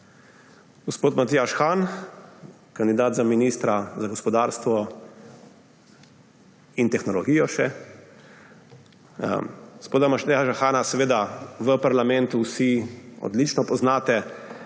Gospod Matjaž Han, kandidat za ministra za gospodarstvo in tehnologijo. Gospoda Matjaža Hana seveda v parlamentu vsi odlično poznate.